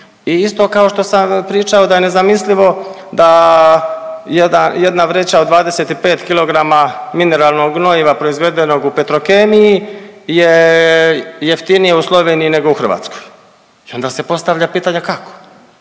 I isto kao što sam pričao da je nezamislivo da jedna vreća od 25 kilograma mineralnog gnojiva proizvedenog u Petrokemiji je jeftinije u Sloveniji, nego u Hrvatskoj. I onda se postavlja pitanje kako?